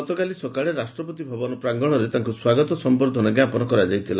ଗତକାଲି ସକାଳେ ରାଷ୍ଟ୍ରପତି ଭବନ ପ୍ରାଙ୍ଗଣରେ ତାଙ୍କୁ ସ୍ୱାଗତ ସମ୍ଭର୍ଦ୍ଧନା ଜ୍ଞାପନ କରାଯାଇଥିଲା